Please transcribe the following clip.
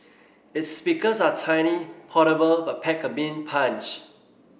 its speakers are tiny portable but pack a mean punch